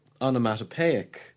onomatopoeic